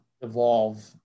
evolve